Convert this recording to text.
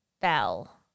bell